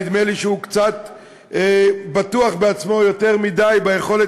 נדמה לי שהוא בטוח בעצמו קצת יותר מדי לגבי היכולת